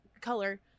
color